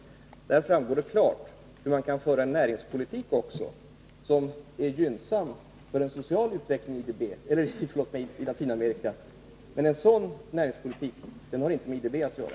Av det framgår helt klart hur man kan föra en näringspolitik som är gynnsam för en social utveckling i Latinamerika. Men en sådan näringspolitik har inte med IDB att göra.